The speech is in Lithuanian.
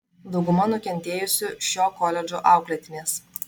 dauguma nukentėjusių šio koledžo auklėtinės